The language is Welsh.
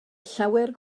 llawer